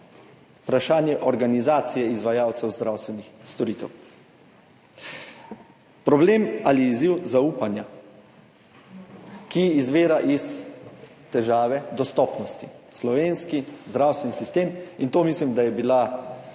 vprašanje organizacije izvajalcev zdravstvenih storitev, problem ali izziv zaupanja, ki izvira iz težave dostopnosti slovenskega zdravstvenega sistema. Mislim, da je